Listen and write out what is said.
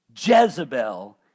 Jezebel